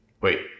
Wait